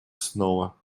снова